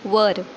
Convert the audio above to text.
वर